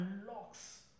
unlocks